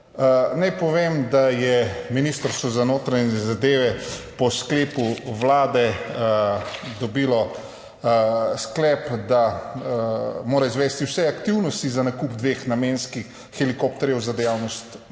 Naj povem, da je Ministrstvo za notranje zadeve po sklepu Vlade dobilo sklep, da mora izvesti vse aktivnosti za nakup dveh namenskih helikopterjev za dejavnost